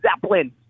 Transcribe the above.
Zeppelin